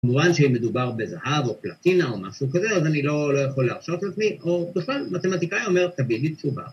כמובן שאם מדובר בזהב או פלטינה או משהו כזה, אז אני לא יכול לאפשר את עצמי, או בכלל, מתמטיקאי אומר, תביא לי תשובה.